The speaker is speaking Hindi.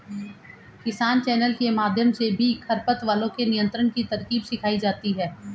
किसान चैनल के माध्यम से भी खरपतवारों के नियंत्रण की तरकीब सिखाई जाती है